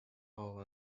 all